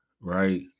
right